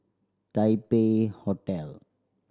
Taipei Hotel